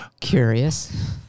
Curious